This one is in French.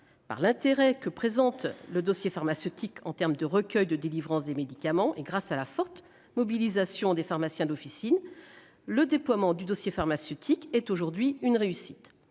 de l'intérêt que présente le dossier pharmaceutique en termes de recueil de délivrance des médicaments et grâce à la forte mobilisation des pharmaciens d'officine, le déploiement de ce dossier mis en oeuvre par le Conseil